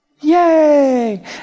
Yay